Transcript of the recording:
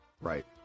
Right